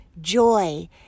joy